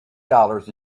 dollars